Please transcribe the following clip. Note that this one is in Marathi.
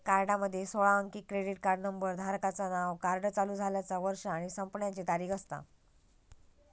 कार्डामध्ये सोळा अंकी क्रेडिट कार्ड नंबर, धारकाचा नाव, कार्ड चालू झाल्याचा वर्ष आणि संपण्याची तारीख असता